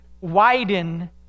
widen